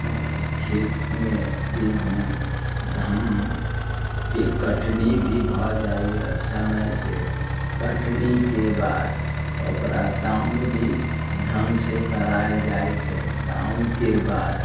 खेतमे गेहूँ धान के कटनी भी भऽ जाइया समय से कटनीके बाद ओकरा दौनि भी ढङ्ग से कराएल जाइत छै दौनिके बाद